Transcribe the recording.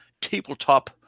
tabletop